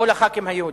או לח"כים היהודים.